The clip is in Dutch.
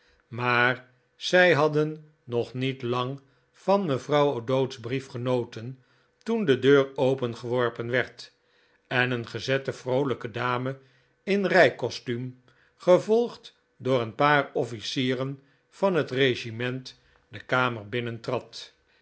maar zij hadden nog niet lang van mevrouw o'dowd's brief genoten toen de deur opengeworpen werd en een gezette vroolijke dame in rijcostuum gevolgd door een paar offlcieren van het regiment de kamer